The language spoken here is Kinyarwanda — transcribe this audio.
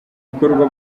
bikorwa